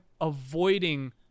avoiding